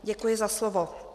Děkuji za slovo.